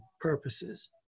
purposes